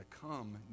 come